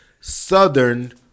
southern